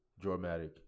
Dramatic